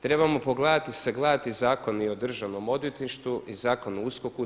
Trebamo pogledati i sagledati Zakon i o Državnom odvjetništvu i Zakon o USKOK-u.